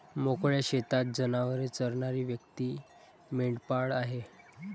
मोकळ्या शेतात जनावरे चरणारी व्यक्ती मेंढपाळ आहे